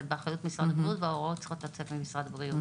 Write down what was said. באחריות משרד הבריאות וההוראות צריכות לצאת ממשרד הבריאות,